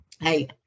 hey